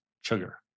sugar